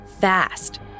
fast